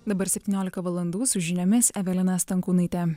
dabar septyniolika valandų su žiniomis evelina stankūnaitė